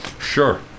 Sure